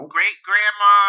Great-grandma